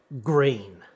green